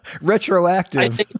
retroactive